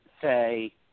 say